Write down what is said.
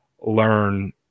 learn